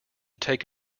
take